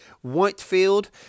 Whitefield